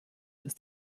ist